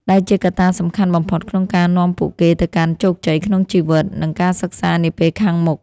ដែលជាកត្តាសំខាន់បំផុតក្នុងការនាំពួកគេទៅកាន់ជោគជ័យក្នុងជីវិត និងការសិក្សានាពេលខាងមុខ។